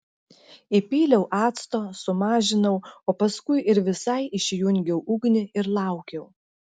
įpyliau acto sumažinau o paskui ir visai išjungiau ugnį ir laukiau